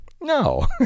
No